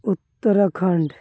Uttarakhand